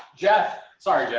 jeff, sorry, yeah